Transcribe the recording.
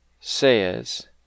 says